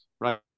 right